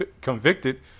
convicted